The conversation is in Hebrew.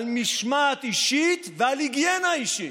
על משמעת אישית ועל היגיינה אישית.